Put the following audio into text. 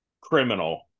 criminal